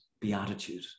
beatitude